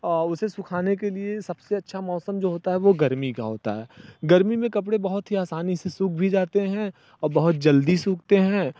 उसे सुखाने के लिए सबसे अच्छा मौसम जो होता है वो गर्मी का होता है गर्मी में कपड़े बहुत ही आसानी से सूख भी जाते हैं और बहुत जल्दी सूखते हैं